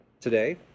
today